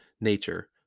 nature